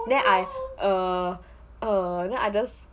then I err err then I just